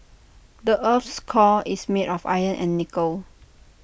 the Earth's core is made of iron and nickel